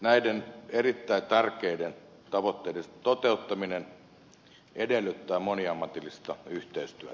näiden erittäin tärkeiden tavoitteiden toteuttaminen edellyttää moniammatillista yhteistyötä